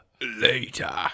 Later